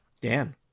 Dan